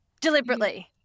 deliberately